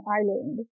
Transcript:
island